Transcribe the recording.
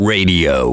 Radio